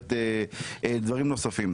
במסגרת דברים נוספים.